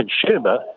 consumer